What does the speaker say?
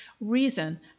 reason